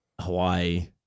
Hawaii